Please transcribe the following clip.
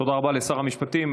תודה רבה לשר המשפטים.